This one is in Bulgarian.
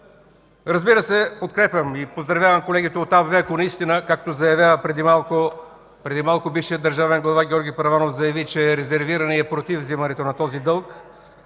Разбира се, подкрепям и поздравявам колегите от АБВ, ако наистина – както заяви преди малко бившият държавен глава Георги Първанов, че е резервиран и е против вземането на този дълг